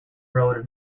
road